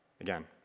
again